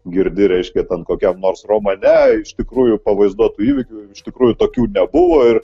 girdi reiškia tam kokiam nors romane iš tikrųjų pavaizduotų įvykių iš tikrųjų tokių nebuvo ir